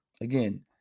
Again